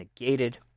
negated